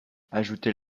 ajoutait